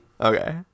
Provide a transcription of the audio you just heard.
Okay